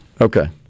Okay